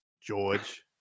George